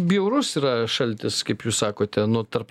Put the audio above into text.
bjaurus yra šaltis kaip jūs sakote nu tarp